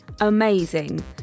amazing